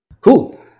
Cool